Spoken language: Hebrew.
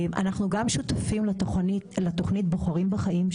אנחנו גם שותפים לתוכנית "בוחרים בחיים".